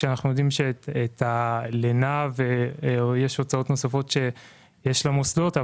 כשאנחנו יודעים שיש הוצאות נוספות שיש למוסדות,